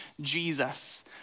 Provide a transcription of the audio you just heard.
Jesus